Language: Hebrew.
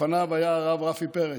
לפניו היה הרב רפי פרץ.